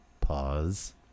Pause